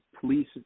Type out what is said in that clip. police